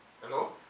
Hello